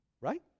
Right